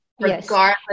regardless